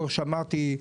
כמו שאמרתי,